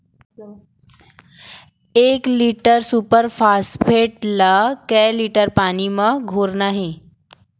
एक litre super phosphate ला कए लीटर पानी मा घोरना हे?